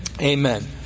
Amen